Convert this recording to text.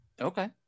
Okay